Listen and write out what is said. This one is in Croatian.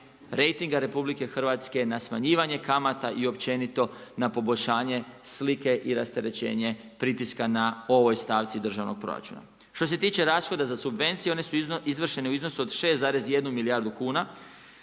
rejtinga RH na smanjivanje kamata i općenito na poboljšanje slike i rasterećenje pritiska na ovoj stavci državnog proračuna. Što se tiče rashoda za subvencije one su izvršene u iznosu od 6,1 milijardu kuna